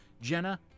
Jenna